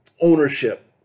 ownership